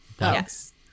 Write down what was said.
yes